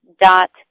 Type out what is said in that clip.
dot